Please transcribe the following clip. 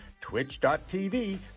twitch.tv